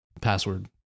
password